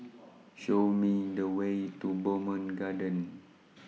Show Me The Way to Bowmont Gardens